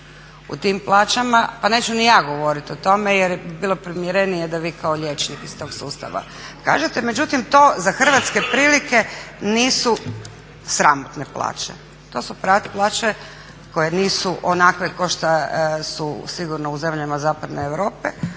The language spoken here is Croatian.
pa neću ni ja govoriti o tome jer bi bilo primjerenije da vi kao liječnik iz tog sustava kažete. Međutim, to za hrvatske prilike nisu sramotne plaće. To su plaće koje nisu onakve kao što su sigurno u zemljama zapadne Europe